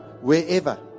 wherever